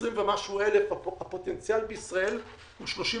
20 ומשהו אלף הפוטנציאל בישראל הוא 36